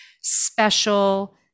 special